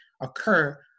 occur